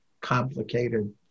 complicated